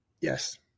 Yes